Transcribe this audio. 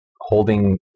holding